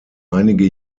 einige